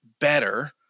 better